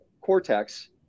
cortex